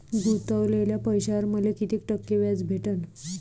गुतवलेल्या पैशावर मले कितीक टक्के व्याज भेटन?